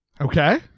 Okay